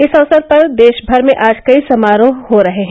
इस अवसर पर देशभर में आज कई समारोह हो रहे हैं